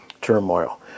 turmoil